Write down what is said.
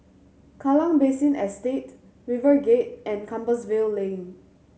Kallang Basin Estate RiverGate and Compassvale Lane